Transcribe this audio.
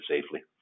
safely